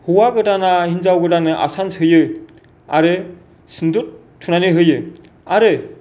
हौआ गोदाना हिनजाव गोदाननो आसान सोयो आरो सिन्दुर थुनानै होयो आरो